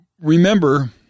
Remember